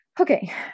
Okay